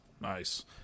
Nice